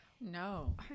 No